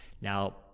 Now